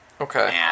Okay